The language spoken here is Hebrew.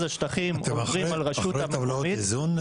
השטחים --- אתם אחרי טבלאות איזון,